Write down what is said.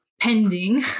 pending